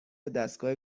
دستگاه